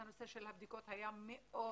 הנושא של הבדיקות היה מאוד